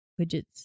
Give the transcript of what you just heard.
widgets